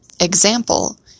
Example